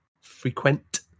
frequent